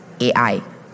AI